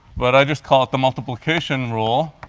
but i just call it the multiplication rule.